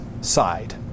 side